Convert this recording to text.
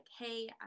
hey